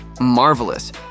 Marvelous